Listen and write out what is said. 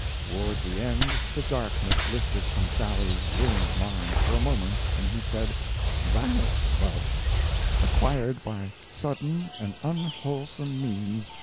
toward the end the darkness lifted from sally's ruined mind for a moment, and he said vast wealth acquired by sudden and unwholesome means,